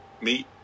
meet